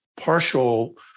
partial